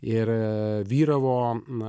ir a vyravo na